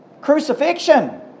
crucifixion